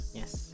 yes